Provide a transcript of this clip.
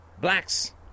blacks